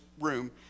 room